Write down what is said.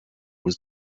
was